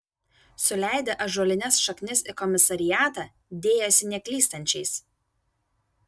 suleidę ąžuolines šaknis į komisariatą dėjosi neklystančiais